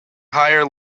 higher